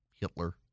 Hitler